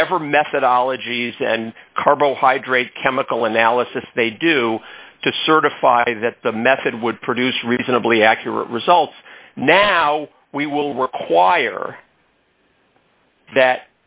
whatever methodology used and carbohydrate chemical analysis they do to certify that the method would produce reasonably accurate results now we will require that